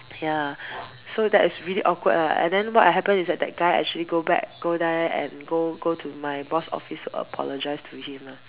ya so that is really awkward lah and then what happen is that that guy actually go back go there and go go to my boss office to apologize to him lah